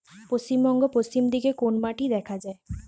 পশ্চিমবঙ্গ পশ্চিম দিকে কোন মাটি দেখা যায়?